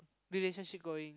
relationship going